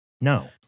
No